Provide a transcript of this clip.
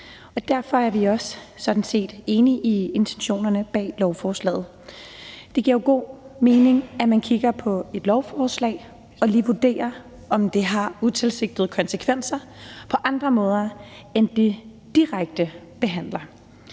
Derfor er vi også sådan set enige i intentionerne bag beslutningsforslaget. Det giver jo god mening, at man kigger på et lovforslag og lige vurderer, om det har utilsigtede konsekvenser på andre måder end dem, man direkte behandler.